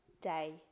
day